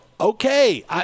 Okay